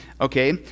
Okay